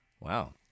Wow